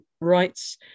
rights